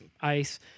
ice